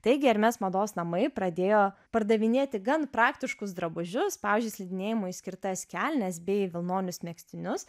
taigi ermes mados namai pradėjo pardavinėti gan praktiškus drabužius pavyzdžiui slidinėjimui skirtas kelnes bei vilnonius megztinius